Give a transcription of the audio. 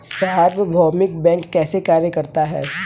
सार्वभौमिक बैंक कैसे कार्य करता है?